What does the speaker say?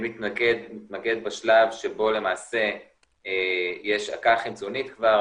נתמקד בשלב שבו למעשה יש עקה חימצונית כבר,